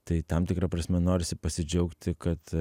tai tam tikra prasme norisi pasidžiaugti kad